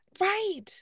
right